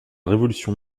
révolution